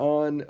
on